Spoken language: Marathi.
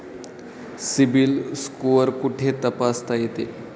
सिबिल स्कोअर कुठे तपासता येतो?